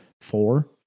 four